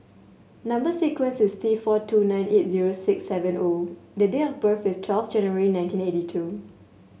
number sequence is T four two nine eight zero six seven O the date of birth is twelve January nineteen eighty two